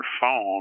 phone